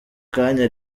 kanya